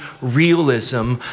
realism